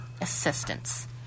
assistance